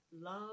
love